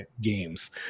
games